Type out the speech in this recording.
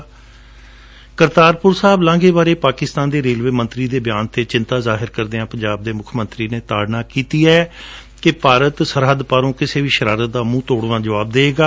ਕਰਤਾਰਪੁਰ ਲਾਂਘੇ ਬਾਰੇ ਪਾਕਿਸਤਾਨ ਦੇ ਰੇਲਵੇ ਮੰਤਰੀ ਦੇ ਬਿਆਨ 'ਤੇ ਗੰਭੀਰ ਚਿੰਤਾ ਜ਼ਾਹਰ ਕਰਦਿਆਂ ਪੰਜਾਬ ਦੇ ਮੁੱਖ ਮੰਤਰੀ ਨੇ ਤਾੜਨਾ ਕੀਤੀ ਕਿ ਭਾਰਤ ਸਰਹੱਦੋ ਪਾਰ ਕਿਸੇ ਵੀ ਸ਼ਰਾਰਤ ਦਾ ਮੂੰਹ ਤੋੜ ਜੁਆਬ ਦੇਵੇਗਾ